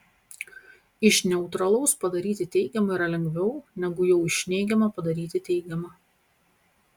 iš neutralaus padaryti teigiamą yra lengviau negu jau iš neigiamo padaryti teigiamą